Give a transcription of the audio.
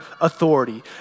authority